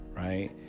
Right